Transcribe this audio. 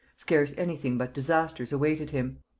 scarce any thing but disasters awaited him.